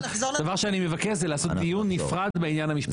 דבר שאני מבקש זה לעשות דיון נפרד בעניין המשפטי.